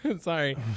sorry